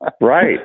Right